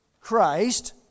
Christ